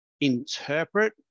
interpret